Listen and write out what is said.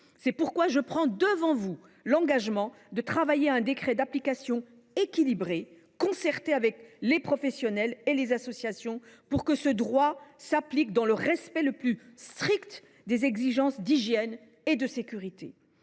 C’est pourquoi je prends devant vous l’engagement de travailler à un décret d’application équilibré, rédigé après concertation avec les professionnels et les associations, afin que ce droit s’applique dans le respect le plus strict des exigences d’hygiène et de sécurité.